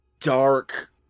dark